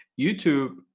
YouTube